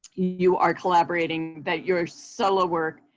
you are collaborating that your solo work